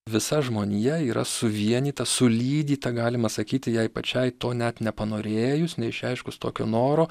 visa žmonija yra suvienyta sulydyta galima sakyti jai pačiai to net nepanorėjus neišreiškus tokio noro